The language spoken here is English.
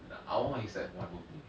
I want my headset for my birthday